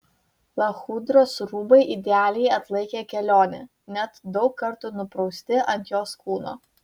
lachudros rūbai idealiai atlaikė kelionę net daug kartų nuprausti ant jos kūno